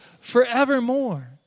forevermore